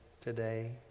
today